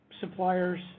suppliers